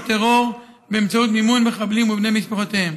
טרור באמצעות מימון מחבלים ובני משפחותיהם.